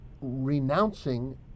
renouncing